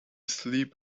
sleep